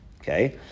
Okay